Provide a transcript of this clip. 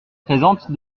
présente